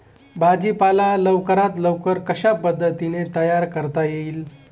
भाजी पाला लवकरात लवकर कशा पद्धतीने तयार करता येईल?